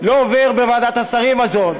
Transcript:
לא עובר בוועדת השרים הזאת,